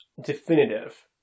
Definitive